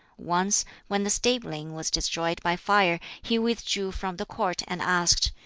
once when the stabling was destroyed by fire, he withdrew from the court, and asked,